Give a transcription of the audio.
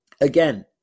Again